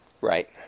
right